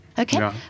Okay